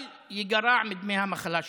אבל זה ייגרע מדמי המחלה שלהם,